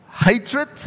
hatred